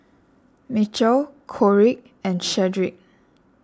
Mitchell Kori and Shedrick